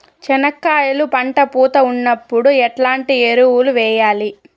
చెనక్కాయలు పంట పూత ఉన్నప్పుడు ఎట్లాంటి ఎరువులు వేయలి?